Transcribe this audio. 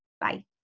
Bye